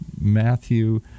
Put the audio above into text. matthew